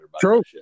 True